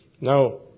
Now